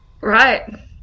Right